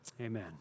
Amen